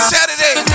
Saturday